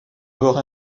bords